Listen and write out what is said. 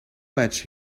much